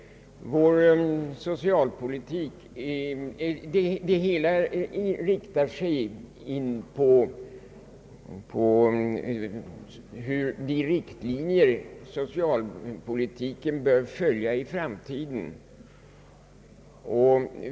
Det gäller de riktlinjer som socialpolitiken bör följa i framtiden.